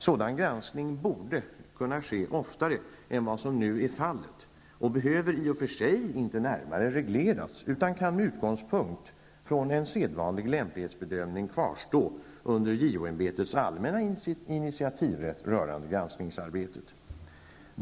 Sådan granskning borde kunna ske oftare än vad som nu är fallet och behöver i och för sig inte närmare regleras, utan kan med utgångspunkt från en sedvanlig lämplighetsbedömning kvarstå under JO Herr talman!